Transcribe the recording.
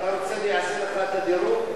אתה רוצה אני אעשה לך את הדירוג?